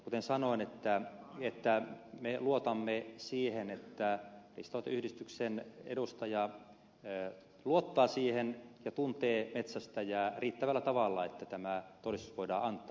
kuten sanoin me luotamme siihen että riistanhoitoyhdistyksen edustaja luottaa metsästäjään ja tuntee häntä riittävällä tavalla että tämä todistus voidaan antaa